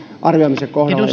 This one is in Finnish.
arvioimisen kohdalla